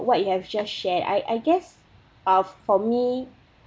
what you have just shared I I guess uh for me